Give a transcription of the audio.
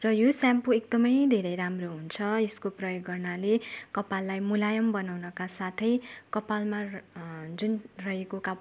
र यो सेम्पू एकदमै धेरै राम्रो हुन्छ यसको प्रयोग गर्नाले कपाललाई मुलायम बनाउनका साथै कपालमा जुन रहेको का